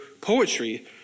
poetry